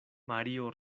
mario